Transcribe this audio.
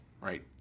right